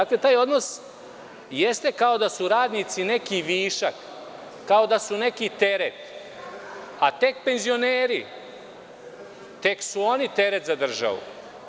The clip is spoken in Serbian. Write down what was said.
Dakle taj odnos jeste kao da su radnici neki višak, neki teret, a tek penzioneri, tek su oni teret za državu.